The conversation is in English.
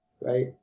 right